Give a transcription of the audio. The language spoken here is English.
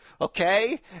Okay